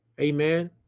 amen